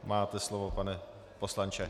Máte slovo, pane poslanče.